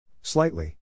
Slightly